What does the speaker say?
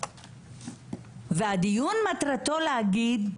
הדיון מטרתו להגיד